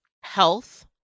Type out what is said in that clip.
health